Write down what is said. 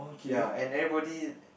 ya and everybody